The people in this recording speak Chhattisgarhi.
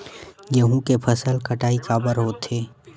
गेहूं के फसल कटाई काबर होथे?